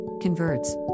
converts